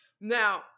Now